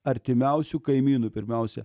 artimiausių kaimynų pirmiausia